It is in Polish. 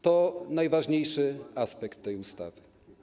To najważniejszy aspekt tej ustawy.